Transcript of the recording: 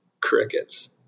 crickets